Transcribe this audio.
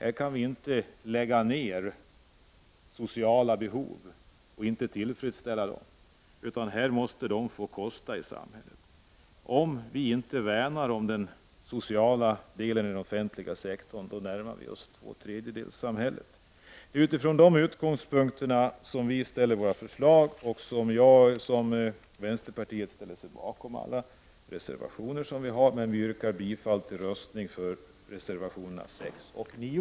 Vi kan inte lägga ner sociala behov eller låta bli att tillfredsställa dem, utan de måste få kosta. Om vi inte värnar om den sociala delen i den offentliga sektorn, då närmar vi oss tvåtredjedelssamhället. Det är utifrån de utgångspunkterna som vi ställer våra förslag. Vänsterpartiet står bakom alla reservationer som jag har avgivit i utskottet, men jag nöjer mig med att nu yrka bifall till reservationerna 6 och 9.